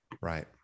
Right